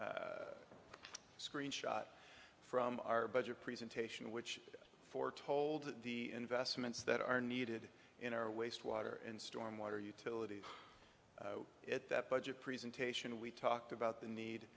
screen shot from our budget presentation which for told the investments that are needed in our wastewater and stormwater utilities at that budget presentation we talked about the need